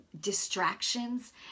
distractions